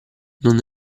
non